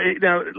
now